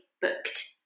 booked